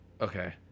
Okay